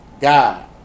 God